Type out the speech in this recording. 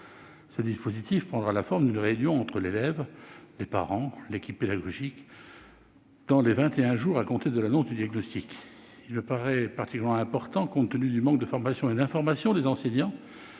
Ce dispositif prendra la forme d'une réunion entre l'élève, les parents et l'équipe pédagogique dans les vingt et un jours à compter de l'annonce du diagnostic. Il me paraît particulièrement important, compte tenu du manque de formation et d'information des enseignants